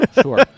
sure